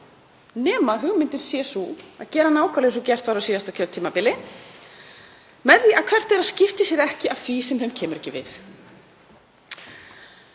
nema hugmyndin sé sú að gera nákvæmlega eins og gert var á síðasta kjörtímabili, með því að hver skipti sér ekki af því sem honum kemur ekki við.